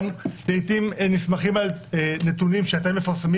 לעיתים הם גם נסמכים על נתונים שאתם מפרסמים